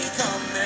come